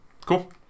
Cool